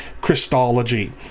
Christology